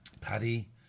Paddy